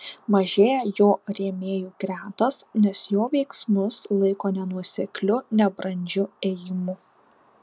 mažėja jo rėmėjų gretos nes jo veiksmus laiko nenuosekliu nebrandžiu ėjimu